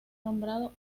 nombrado